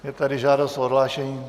Je tady žádost o odhlášení.